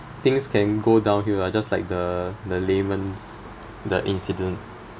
things can go downhill ah just like the the lehman's the incident